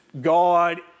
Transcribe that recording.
God